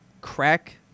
crack